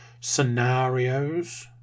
scenarios